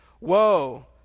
woe